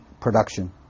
production